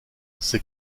ces